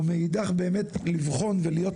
ומאידך באמת לבחון ולהיות